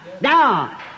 Now